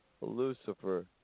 Lucifer